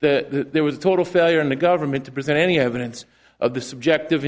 that there was a total failure in the government to present any evidence of the subject